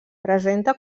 presenta